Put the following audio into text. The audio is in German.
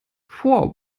vor